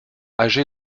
âgée